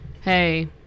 hey